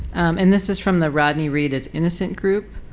and this is from the rodney reed is innocent group.